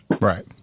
right